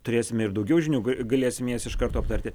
turėsime ir daugiau žinių galėsime jas iš karto aptarti